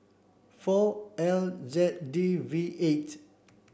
four L Z D V eight